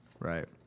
Right